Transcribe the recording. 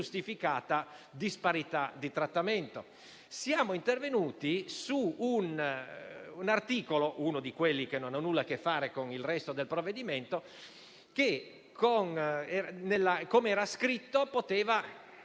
ingiustificata disparità di trattamento. Siamo intervenuti su un articolo - tra quelli che nulla hanno a che fare con il resto del provvedimento - che, per come era scritto, poteva